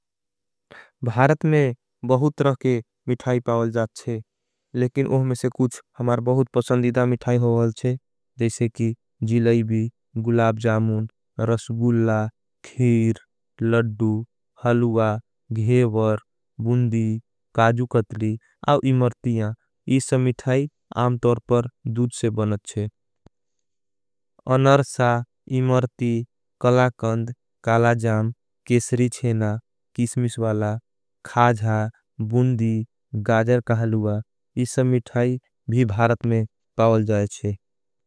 भारत में बहुत रह के मिठाई पावल जाथ चे। लेकिन ओह मेंसे कुछ हमार बहुत पसंदिदा मिठाई होवल चे। जैसे की जिलैबी, गुलाब जामून, रसगुला, खीर, लडू। हलुवा, घेवर, बुंदी, काजु कतली, आओ इमर्तियां। इससे मिठाई आमतर पर द भारत में पावल जाएचे।